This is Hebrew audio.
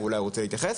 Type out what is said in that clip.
ואולי הוא רוצה להתייחס.